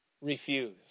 refuse